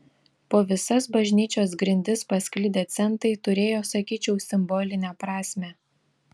po visas bažnyčios grindis pasklidę centai turėjo sakyčiau simbolinę prasmę